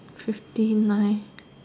fifty nine